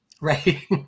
Right